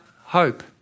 hope